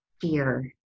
fear